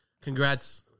Congrats